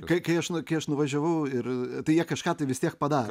kai kai aš kai aš nuvažiavau ir tai jie kažką tai vis tiek padar